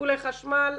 טיפולי חשמל,